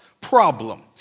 problem